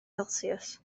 celsius